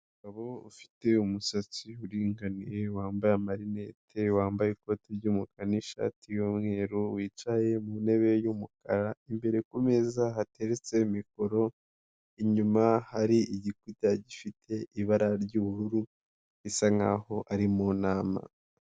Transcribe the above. Umugabo ufite umusatsi uringaniye wambaye amarinete wambaye ikoti ry'umukara n'ishati y'umweru wicaye mu ntebe y'umukara, imbere ku meza hateretse mikoro inyuma hari igikuta gifite ibara ry'ubururu bisa nk'aho ari mu nama.